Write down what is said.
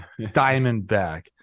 Diamondback